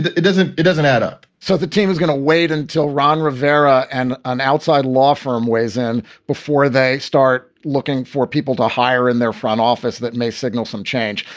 it doesn't it doesn't add up so the team is going to wait until ron rivera and an outside law firm weighs in before they start looking for people to hire in their front office. that may signal some change.